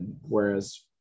whereas